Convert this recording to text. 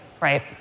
right